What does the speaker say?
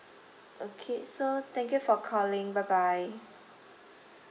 okay so thank you for calling bye bye